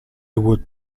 would